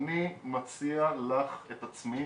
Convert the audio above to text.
אני מציע לך את עצמי